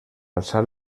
alçar